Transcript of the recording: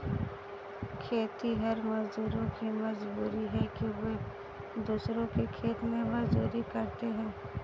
खेतिहर मजदूरों की मजबूरी है कि वे दूसरों के खेत में मजदूरी करते हैं